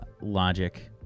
logic